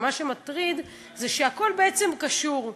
ומה שמטריד זה שהכול בעצם קשור.